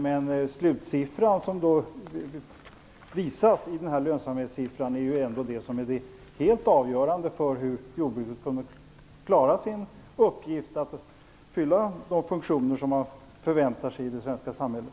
Men slutsiffran är ändå det som är helt avgörande för om jordbruket klarar sin uppgift att fylla de funktioner som man förväntar sig i det svenska samhället.